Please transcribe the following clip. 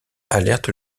alerte